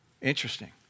Interesting